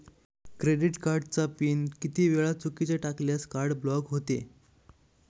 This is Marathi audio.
क्रेडिट कार्डचा पिन किती वेळा चुकीचा टाकल्यास कार्ड ब्लॉक होते?